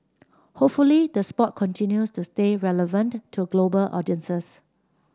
hopefully the sport continues to stay relevant to global audiences